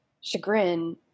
chagrin